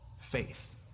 faith